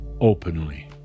openly